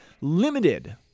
limited